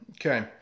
okay